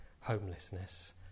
homelessness